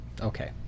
Okay